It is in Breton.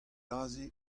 aze